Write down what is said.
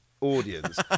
audience